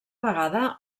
vegada